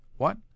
What